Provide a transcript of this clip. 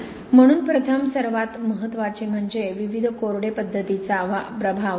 म्हणून प्रथम सर्वात महत्वाचे म्हणजे विविध कोरडे पद्धतींचा प्रभाव